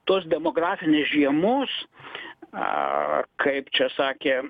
tos demografinės žiemos a kaip čia sakė